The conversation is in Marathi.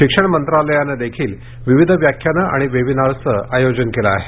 शिक्षण मंत्रालयानंही विविध व्याख्यानं आणि वेबिनारचं आयोजन केलं आहे